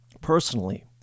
personally